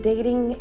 dating